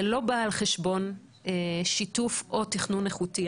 זה לא בא על חשבון שיתוף או תכנון איכותי.